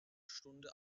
stunde